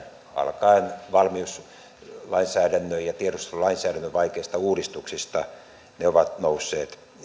alkaen valmiuslainsäädännön ja tiedustelulainsäädännön vaikeista uudistuksista ne ovat nousseet